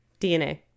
dna